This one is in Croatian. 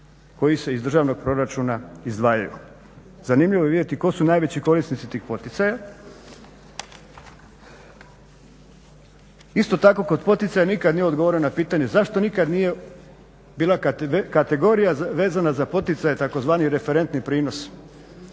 koji se iz državnog proračuna izdvajaju. Zanimljivo je vidjeti tko su najveći korisnici tih poticaja. Isto tako kod poticaja nikad nije odgovorio na pitanje zašto nikad nije bila kategorija vezana za poticaje takozvanih referentni prinos.